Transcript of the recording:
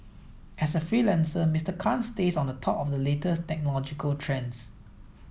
as a freelancer Mister Khan stays on top of the latest technological trends